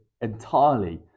entirely